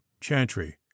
Chantry